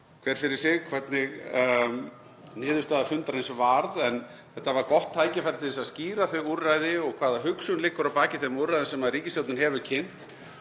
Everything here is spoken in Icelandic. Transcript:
hver fyrir sig hvernig niðurstaða fundarins varð en þetta var gott tækifæri til að skýra þau úrræði og hvaða hugsun liggur að baki þeim úrræðum sem ríkisstjórnin hefur kynnt.